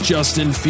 Justin